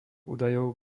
údajov